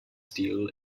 steel